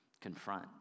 confront